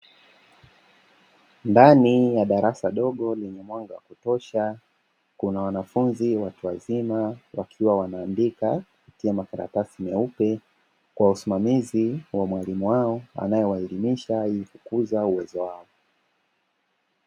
Ndani ya darasa dogo lenye mwanga wa kutosha, kuna wanafunzi watu wazima wakiwa wanaandika kupitia makaratasi meupe, Kwa usimamizi wa mwalimu wao anayewaelimisha ili kukuza uwezo wao.